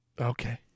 Okay